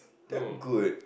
damn good